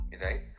right